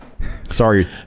Sorry